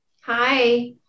Hi